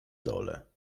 dole